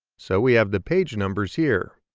so we have the page numbers here.